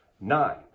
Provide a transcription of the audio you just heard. Nine